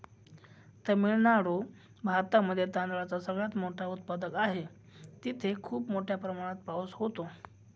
तामिळनाडू भारतामध्ये तांदळाचा सगळ्यात मोठा उत्पादक आहे, तिथे खूप मोठ्या प्रमाणात पाऊस होतो